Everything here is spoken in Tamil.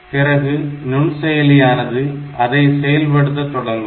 பிறகு நுண்செயலியானது அதை செயல்படுத்த தொடங்கும்